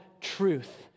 truth